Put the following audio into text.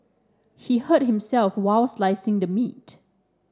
he hurt himself while slicing the meat